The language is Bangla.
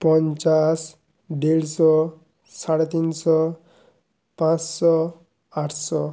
পঞ্চাশ ডেড়শো সাড়ে তিনশো পাঁচশো আটশো